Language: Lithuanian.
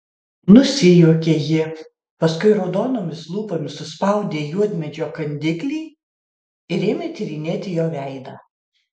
nusijuokė ji paskui raudonomis lūpomis suspaudė juodmedžio kandiklį ir ėmė tyrinėti jo veidą